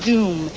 Doom